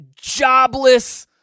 jobless